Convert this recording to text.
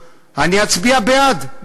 ואני אצביע בעד,